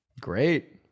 Great